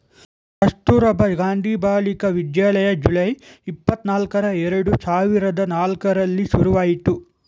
ಕಸ್ತೂರಬಾ ಗಾಂಧಿ ಬಾಲಿಕ ವಿದ್ಯಾಲಯ ಜುಲೈ, ಇಪ್ಪತನಲ್ಕ್ರ ಎರಡು ಸಾವಿರದ ನಾಲ್ಕರಲ್ಲಿ ಶುರುವಾಯ್ತು